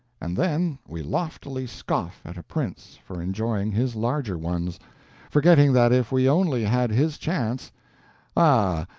and then we loftily scoff at a prince for enjoying his larger ones forgetting that if we only had his chance ah!